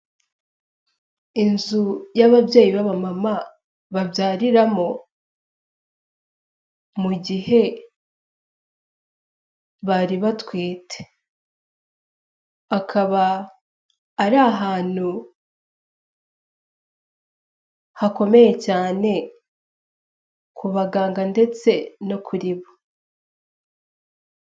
Inzu y'ababyeyi b'abamama babyariramo mu gihe bari batwite akaba ari ahantu hakomeye cyane ku baganga ndetse no kuri bo.